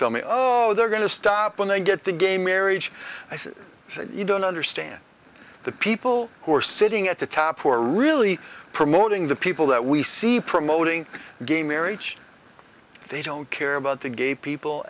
tell me oh oh they're going to stop when they get to gay marriage i said you don't understand the people who are sitting at the top who are really promoting the people that we see promoting gay marriage they don't care about the gay people